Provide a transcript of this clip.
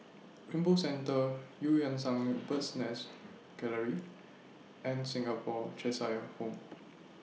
Rainbow Centre EU Yan Sang Bird's Nest Gallery and Singapore Cheshire Home